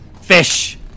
Fish